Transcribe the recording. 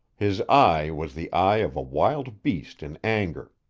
his eye was the eye of a wild beast in anger.